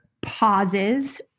pauses